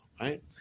right